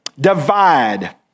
Divide